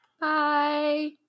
Bye